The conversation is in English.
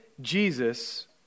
Jesus